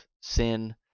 sin